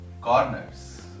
corners